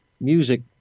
music